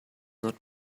not